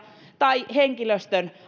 tai henkilöstön